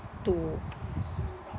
to